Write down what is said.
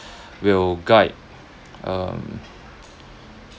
will guide um